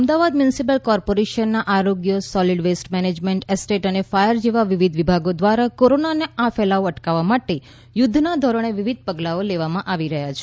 Ahmedabad municipal કોર્પોરેશનનાં અરોગ્ય solid waste management estate અને ફાયર જેવા વિવિધ વિભાગો દ્વારા કોરોનાનો આ ફેલાવો અટકાવવા માટે યુદ્ધના ધોરણે વિવિધ પગલાંઓ લેવામાં આવી રહ્યાં છે